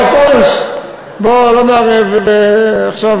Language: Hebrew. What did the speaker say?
הרב פרוש, בוא לא נערב, שמחה בשמחה.